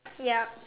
yup